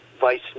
vice